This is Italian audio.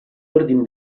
ordini